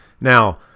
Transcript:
Now